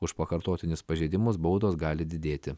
už pakartotinius pažeidimus baudos gali didėti